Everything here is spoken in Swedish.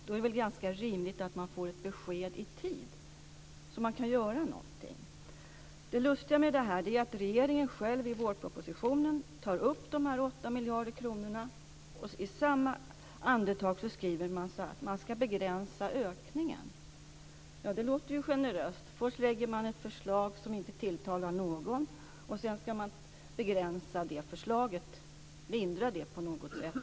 Då är det väl ganska rimligt att man får ett besked i tid, så att man kan göra någonting. Det lustiga med detta är att regeringen själv i vårpropositionen tar upp de här 8 miljarder kronorna. Men i samma andetag skriver man att man ska begränsa ökningen. Ja, det låter ju generöst - först lägger man fram ett förslag som inte tilltalar någon, och sedan ska man begränsa eller lindra det förslaget på något sätt!